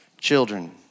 children